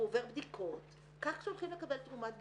הוא עובר בדיקות, כך כשהולכים לקבל תרומת ביצית.